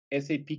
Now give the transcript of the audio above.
SAP